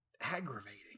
aggravating